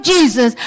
Jesus